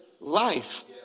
life